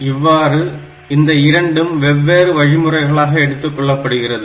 இவ்வாறு இந்த இரண்டும் வெவ்வேறு வழிமுறைகளாக எடுத்துக்கொள்ளப்படுகிறது